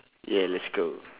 ya let's go